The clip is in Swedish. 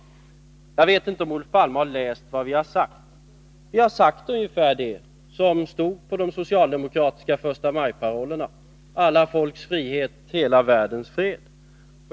Jag vet inte om Olof Palme har läst vad vi har sagt i fråga om Östeuropa. Vi har sagt ungefär det som stod på de socialdemokratiska förstamajparollerna: Alla folks frihet, hela världens fred.